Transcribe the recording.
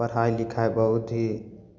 पढ़ाइ लिखाइ बहुत ही